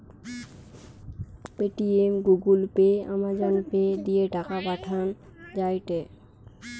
Paytm, Google pay, Amazon pay দিয়ে টাকা পাঠান যায়টে